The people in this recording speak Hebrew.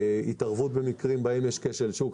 התערבות במקרים בהם יש כשל שוק.